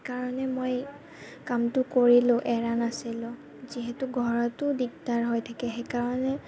সেইকাৰণে মই কামটো কৰিলোঁ এৰা নাছিলোঁ যিহেতু ঘৰতো দিগদাৰ হৈ থাকে সেইকাৰণে